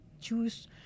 choose